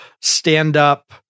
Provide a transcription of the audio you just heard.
stand-up